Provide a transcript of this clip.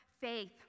faith